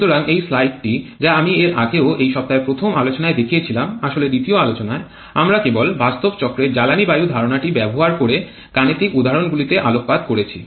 সুতরাং এই স্লাইডটি যা আমি এর আগেও এই সপ্তাহের প্রথম আলোচনায় দেখিয়েছিলাম আসলে দ্বিতীয় আলোচনায় আমরা কেবল বাস্তব চক্রের জ্বালানী বায়ু ধারণাটি ব্যবহার করে গাণিতিক উদাহরণ গুলিতে আলোকপাত করেছি